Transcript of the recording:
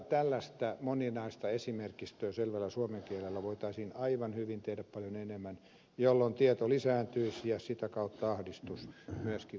tällaista moninaista esimerkistöä selvällä suomen kielellä voitaisiin aivan hyvin tehdä paljon enemmän jolloin tieto lisääntyisi ja sitä kautta ahdistus myöskin vähenisi